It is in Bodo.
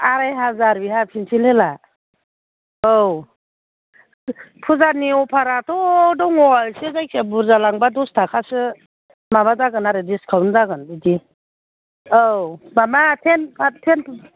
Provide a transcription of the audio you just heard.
आराय हाजार बेहा पेन्सिल हिलआ औ फुजानि अफाराथ' दङ एसे जायखिजाया बुरजा लांबा दसथाखासो माबा जागोन आरो दिसकाउन्ट जागोन बिदि औ माबा